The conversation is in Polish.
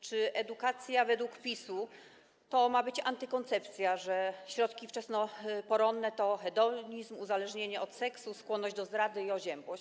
Czy edukacja według PiS-u to ma być antykoncepcja, to, że środki wczesnoporonne to hedonizm, uzależnienie od seksu, skłonność do zdrady i oziębłość?